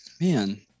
man